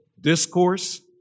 Discourse